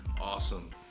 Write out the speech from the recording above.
Awesome